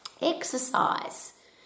Exercise